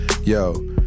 Yo